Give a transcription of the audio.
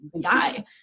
die